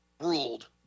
ruled